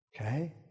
Okay